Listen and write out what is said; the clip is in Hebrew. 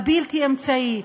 הבלתי-אמצעי,